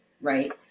Right